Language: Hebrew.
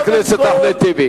קודם כול,